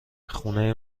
خونه